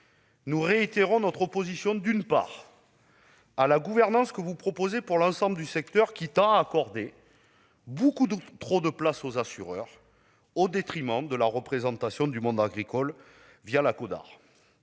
nous réitérons notre opposition à la gouvernance que vous proposez pour l'ensemble du secteur, qui tend à accorder beaucoup trop de place aux assureurs, au détriment de la représentation du monde agricole la Codar.